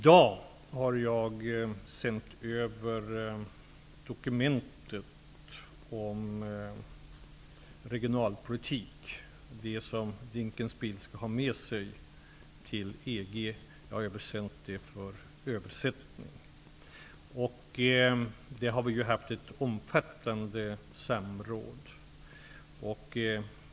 Jag har i dag sänt för översättning det dokument om regionalpoltik som Ulf Dinkelspiel skall ha med sig till EG. Det har varit föremål för ett omfattande samråd.